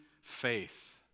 faith